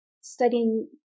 studying